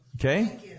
Okay